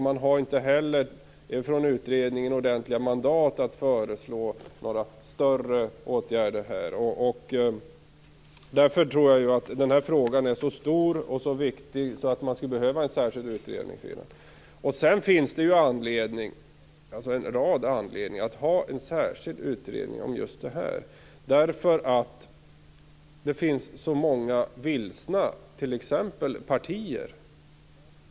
Man har inte heller i utredningen ordentliga mandat att föreslå några större åtgärder. Med tanke på att den här frågan är så stor och så viktig tror jag därför att den skulle behöva en särskild utredning. Sedan finns det en rad anledningar att ha en särskild utredning om just det här. Det finns många som är vilsna, inte minst partier.